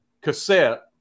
cassette